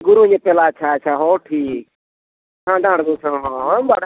ᱜᱩᱨᱩ ᱧᱮᱯᱮᱞ ᱟᱪᱪᱷᱟ ᱦᱚᱸ ᱴᱷᱤᱠ ᱦᱮᱸ ᱰᱟᱸᱰᱵᱩᱥ ᱨᱮᱦᱚᱸ ᱦᱳᱭ